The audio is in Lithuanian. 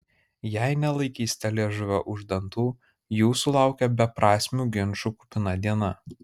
jei nelaikysite liežuvio už dantų jūsų laukia beprasmių ginčų kupina diena